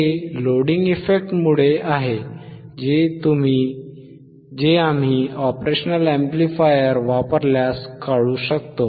हे लोडिंग इफेक्टमुळे आहे जे आम्ही ऑपरेशनल अॅम्प्लिफायर वापरल्यास काढू शकतो